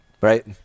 right